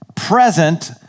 present